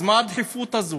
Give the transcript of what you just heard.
אז מה הדחיפות הזאת?